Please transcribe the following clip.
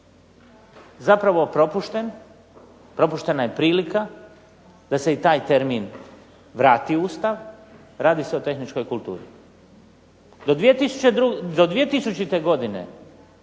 zapravo propušten. Propuštena je prilika da se i taj termin vrati u Ustav. Radi se o tehničkoj kulturi. Do 2000. godine